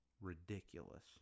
ridiculous